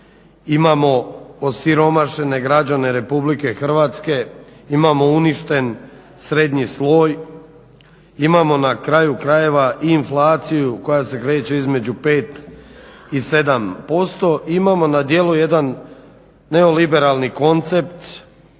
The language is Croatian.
imamo osiromašene građane RH, imamo uništen srednji sloj, imamo na kraju krajeva inflaciju koja se kreće između 5 i 7%, imamo na djelu jedan neoliberalni koncept